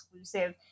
exclusive